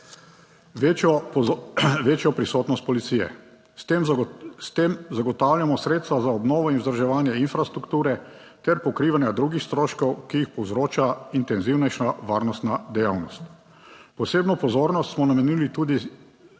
večjo prisotnost policije. S tem zagotavljamo sredstva za obnovo in vzdrževanje infrastrukture ter pokrivanje drugih stroškov, ki jih povzroča intenzivnejša varnostna dejavnost. Posebno pozornost smo namenili tudi